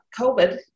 COVID